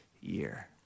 year